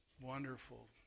wonderful